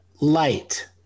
light